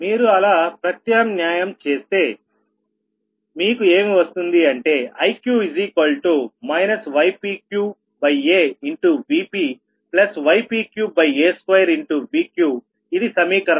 మీరు అలా ప్రత్యామ్న్యాయం చేస్తే మీకు ఏమి వస్తుంది అంటే Iq ypqaVpypqa2Vqఇది సమీకరణం 80